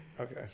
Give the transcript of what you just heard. Okay